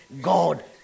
God